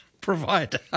provider